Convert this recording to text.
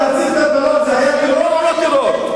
להפציץ בית-מלון זה היה טרור או לא טרור?